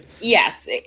Yes